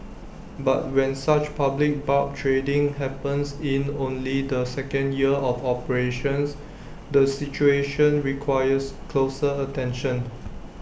but when such public barb trading happens in only the second year of operations the situation requires closer attention